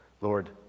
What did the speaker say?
Lord